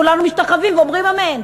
כולנו משתחווים ואומרים אמן.